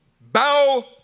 Bow